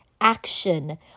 action